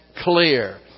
clear